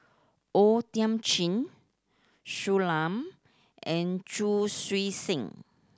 O Thiam Chin Shui Lan and Chu Chee Seng